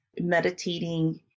meditating